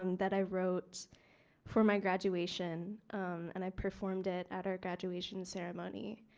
um that i wrote for my graduation and i performed it at our graduation ceremony